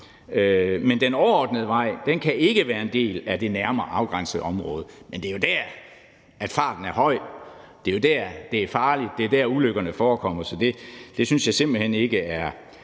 men den overordnede vej kan ikke være en del af det nærmere afgrænsede område. Men det er jo der, farten er høj. Det er jo der, det er farligt. Det er der, ulykkerne forekommer. Så det synes jeg simpelt hen ikke er